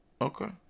Okay